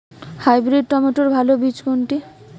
Hybrid টমেটোর ভালো বীজ কোনটি?